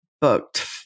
booked